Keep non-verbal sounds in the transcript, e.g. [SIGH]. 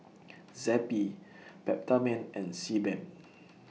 [NOISE] Zappy Peptamen and Sebamed